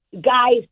guys